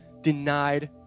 denied